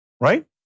Right